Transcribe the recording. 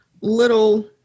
little